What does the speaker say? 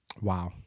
Wow